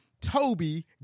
Toby